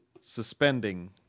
suspending